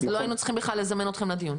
אז לא היינו צריכים בכלל לזמן אתכם לדיון.